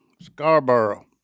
Scarborough